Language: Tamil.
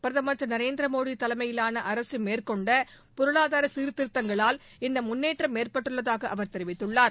பிரதமர் திரு நரேந்திர மோடி தலைமையிலான அரசு மேற்கொண்ட பொருளாதார சீர்திருத்தங்களால் இந்த முன்னேற்றம் ஏற்பட்டுள்ளதாக அவர் தெரிவித்துள்ளார்